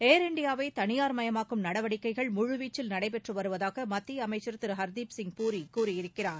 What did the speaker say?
ஏர் இண்டியாவை தனியார்மயமாக்கும் நடவடிக்கைகள் முழுவீச்சில் நடைபெற்று வருவதாக மத்திய அமைச்சர் திரு ஹர்தீப் சிங் பூரி கூறியிருக்கிறார்